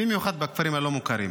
במיוחד בכפרים הלא-מוכרים,